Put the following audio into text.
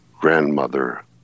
grandmother